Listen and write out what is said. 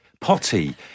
Potty